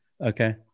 Okay